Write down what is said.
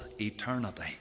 eternity